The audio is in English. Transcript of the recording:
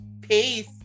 Peace